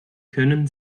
können